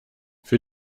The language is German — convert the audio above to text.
für